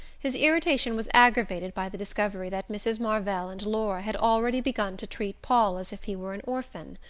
his irritation was aggravated by the discovery that mrs. marvell and laura had already begun to treat paul as if he were an orphan.